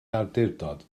awdurdod